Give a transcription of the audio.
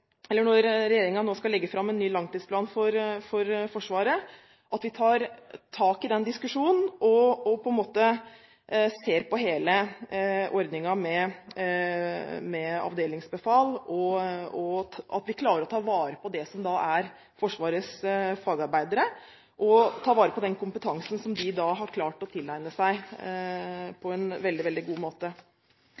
fram en ny langtidsplan for Forsvaret, at vi tar tak i denne diskusjonen og ser på hele ordningen med avdelingsbefal, og at vi klarer å ta vare på Forsvarets fagarbeidere og den kompetansen som de har klart å tilegne seg, på